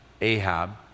Ahab